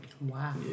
Wow